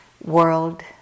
world